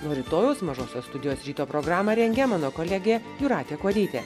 nuo rytojaus mažosios studijos ryto programą rengia mano kolegė jūratė kuodytė